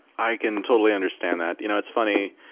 i can totally understand that. you know it's funny,